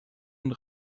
und